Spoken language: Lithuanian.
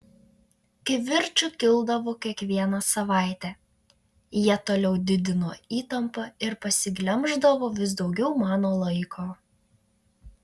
kivirčų kildavo kiekvieną savaitę jie toliau didino įtampą ir pasiglemždavo vis daugiau mano laiko